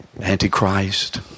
Antichrist